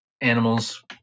animals